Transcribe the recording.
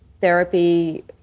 therapy